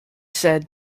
said